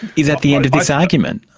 is that the end of this argument?